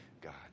God